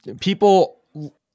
people